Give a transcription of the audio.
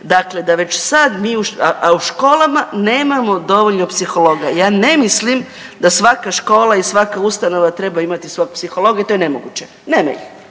dakle da već sada mi, a u školama nemamo dovoljno psihologa. Ja ne mislim da svaka škola i svaka ustanova treba imati svog psihologa i to je nemoguće. Nema ih